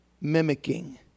mimicking